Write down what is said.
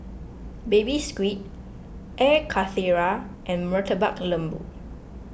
Baby Squid Air Karthira and Murtabak Lembu